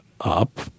up